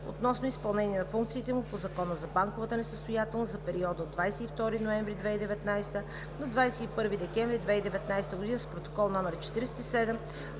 относно изпълнение на функциите му по Закона за банковата несъстоятелност за периода от 22 ноември 2019 г. до 21 декември 2019 г. с Протокол № 47